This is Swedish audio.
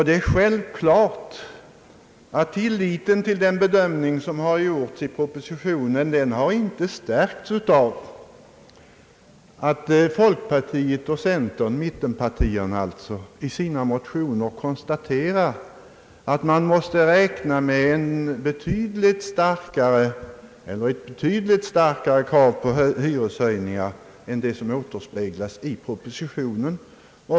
Det är självklart att tillliten till den bedömning som gjorts i propositionen inte har stärkts av att folkpartiet och centern i sina motioner konstaterat att man måste räkna med betydligt starkare krav på hyreshöjningar än vad som återspeglas i propositionen.